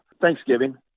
Thanksgiving